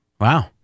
Wow